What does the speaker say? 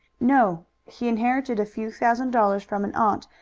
no he inherited a few thousand dollars from an aunt,